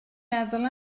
meddwl